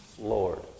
Lord